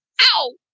Ow